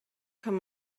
kann